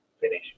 finish